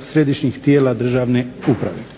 središnjih tijela državne uprave.